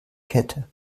kette